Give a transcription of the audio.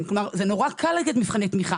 כמו שאנחנו מכירים אותם היום.